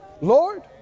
Lord